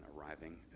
arriving